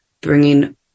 bringing